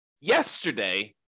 yesterday